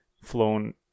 flown